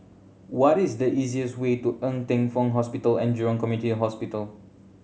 what is the easiest way to Ng Teng Fong Hospital And Jurong Community Hospital